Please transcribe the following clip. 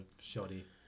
shoddy